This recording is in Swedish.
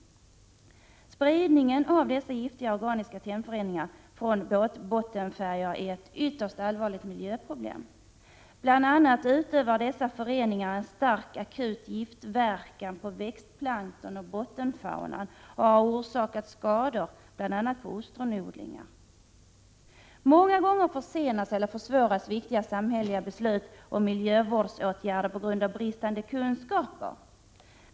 1987/88:43 Spridningen av dessa giftiga organiska tennföreningar från båtbottenfär 11 december 1987 ger är ett ytterst allvarligt miljöproblem. Bl. a. utövar dessa föreningar en = stark akut giftverkan på växtplankton och bottenfaunan och har orsakat skador bl.a. på ostronodlingar. Många gånger försenas eller försvåras viktiga samhälleliga beslut om miljövårdsåtgärder på grund av brist på kunskaper.